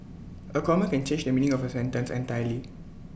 A common can change the meaning of A sentence entirely